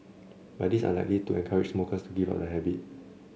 but this is unlikely to encourage smokers to give up the habit